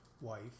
wife